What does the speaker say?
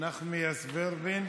נחמיאס ורבין,